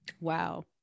Wow